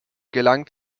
gelang